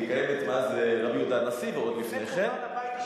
היא קיימת מאז רבי יהודה הנשיא ועוד לפני כן,